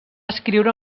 escriure